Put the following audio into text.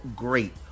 great